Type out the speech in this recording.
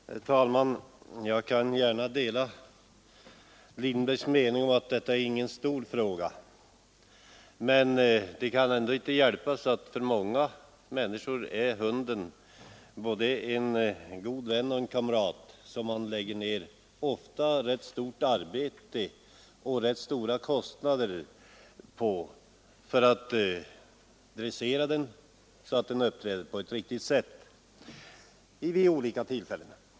Herr talman! Jag kan gärna dela herr Lindbergs mening att detta inte är någon stor fråga. Men det kan ändå inte hjälpas att hunden för många människor är en god vän och kamrat. Man lägger ofta ned rätt mycket arbete och stora kostnader på att dressera den så att den uppträder på ett riktigt sätt vid olika tillfällen.